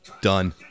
Done